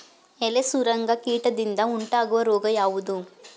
ಎಲೆ ಸುರಂಗ ಕೀಟದಿಂದ ಉಂಟಾಗುವ ರೋಗ ಯಾವುದು?